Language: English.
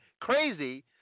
crazy